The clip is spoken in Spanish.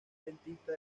dentista